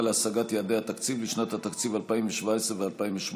להשגת יעדי התקציב לשנות התקציב 2017 ו-2018)